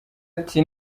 ati